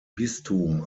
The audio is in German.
bistum